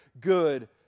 good